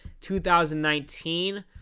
2019